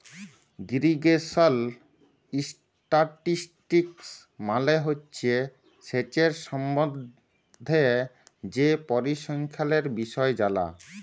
irrigation statistics মালে হছে সেঁচের সম্বল্ধে যে পরিসংখ্যালের বিষয় জালা